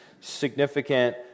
significant